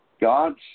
God's